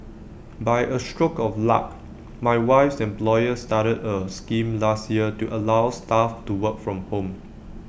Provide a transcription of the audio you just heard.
by A stroke of luck my wife's employer started A scheme last year to allow staff to work from home